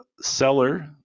seller